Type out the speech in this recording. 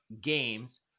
games